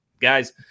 Guys